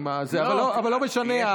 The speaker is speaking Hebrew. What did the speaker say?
אבל לא משנה.